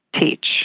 teach